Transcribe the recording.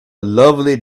lovely